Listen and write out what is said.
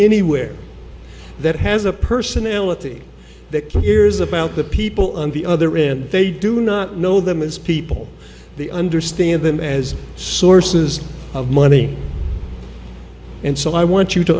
anywhere that has a personality that cares about the people on the other end they do not know them as people they understand them as sources of money and so i want you to